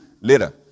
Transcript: later